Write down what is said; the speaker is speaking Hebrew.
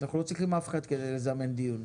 אנחנו לא צריכים אף אחד כדי לזמן דיון.